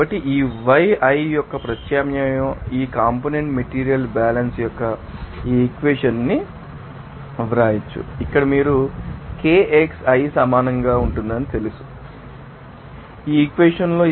కాబట్టి ఈ yi యొక్క ప్రత్యామ్నాయం యొక్క ఈ కాంపోనెంట్ మెటీరియల్ బ్యాలెన్స్ యొక్క ఈ ఈక్వేషన్ ాన్ని మేము వ్రాయవచ్చు ఇక్కడ మీరు Kixi సమానంగా తెలుసు చివరకు మీరు ఇక్కడ వ్రాయవచ్చు ఈ ఈక్వెషన్ లో